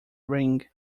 ring